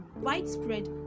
widespread